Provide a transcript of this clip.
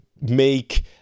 make